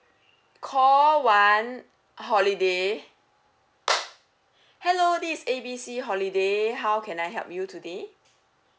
call one holiday hello this is A B C holiday how can I help you today